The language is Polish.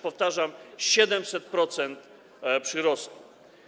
Powtarzam, 700% przyrostu.